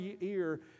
ear